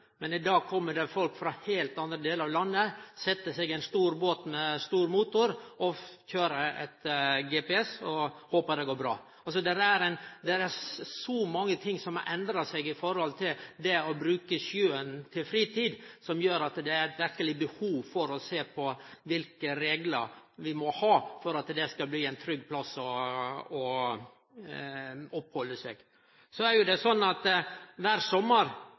I dag kjem det folk frå heilt andre delar av landet, set seg i ein stor båt med stor motor, køyrer etter GPS og håpar at det går bra. Det er så mange ting som har endra seg når det gjeld å bruke sjøen på fritida, som gjer at det verkeleg er behov for å sjå på kva for reglar vi må ha for at det skal bli ein trygg plass å opphalde seg. Kvar sommar er det